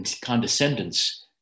condescendence